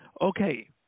Okay